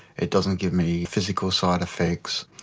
it doesn't give me physical side effects.